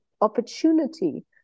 opportunity